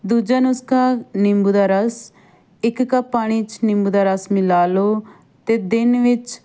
ਦੂਜਾ ਨੁਸਖਾ ਨਿੰਬੂ ਦਾ ਰਸ ਇੱਕ ਕੱਪ ਪਾਣੀ 'ਚ ਨਿੰਬੂ ਦਾ ਰਸ ਮਿਲਾ ਲਓ ਅਤੇ ਦਿਨ ਵਿੱਚ